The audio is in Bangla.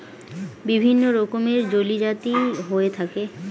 বিভিন্ন রকমের জালিয়াতি হয়ে থাকে